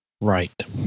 Right